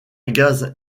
gaz